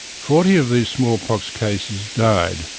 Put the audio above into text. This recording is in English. forty of these smallpox cases died,